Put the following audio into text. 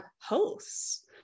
hosts